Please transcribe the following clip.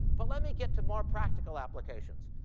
but let me get to more practical applications.